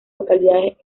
localidades